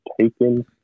taken